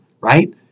right